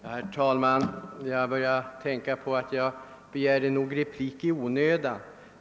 Herr talman! Jag kom att tänka på att jag nog begärde replik i onödan.